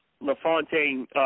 LaFontaine